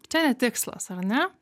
čia ne tikslas ar ne